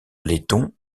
letton